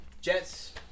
Jets